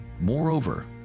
Moreover